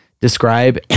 describe